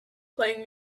playing